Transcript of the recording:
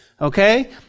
okay